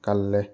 ꯀꯜꯂꯦ